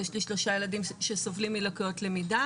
יש לי שלושה ילדים שסובלים מלקויות למידה